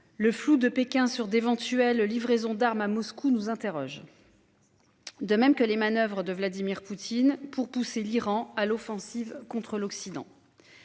Le flou de Pékin sur d'éventuelles livraisons d'armes à Moscou nous interroge. De même que les manoeuvres de Vladimir Poutine pour pousser l'Iran à l'offensive contre l'Occident.